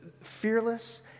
fearless